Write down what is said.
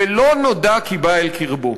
ולא נודע כי בא אל קרבו.